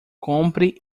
compre